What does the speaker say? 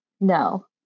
No